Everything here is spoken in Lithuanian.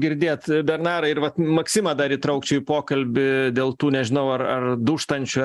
girdėt bernarą ir vat maksimą dar įtraukčiau į pokalbį dėl tų nežinau ar ar dūžtančių